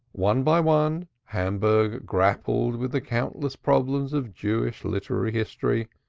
one by one hamburg grappled with the countless problems of jewish literary history,